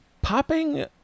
Popping